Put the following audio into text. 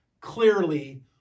clearly